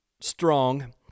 strong